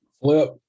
flip